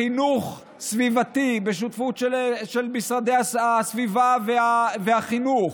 חינוך סביבתי בשותפות של משרדי הסביבה והחינוך,